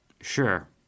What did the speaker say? sure